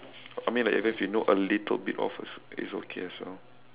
I mean like even if you know like a little bit of it's okay as well